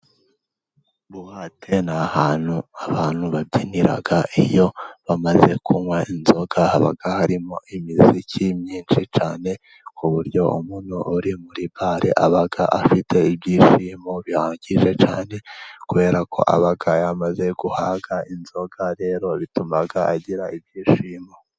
Buwate ni ahantu abantu babyinira iyo bamaze kunywa inzoga. Haba harimo imiziki myinshi cyane ku buryo umuntu uri muri bare aba afite ibyishimo bihagije cyane kubera ko aba amaze guhaga inzoga rero bituma agira ibyishimo.